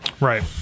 Right